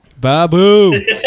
Babu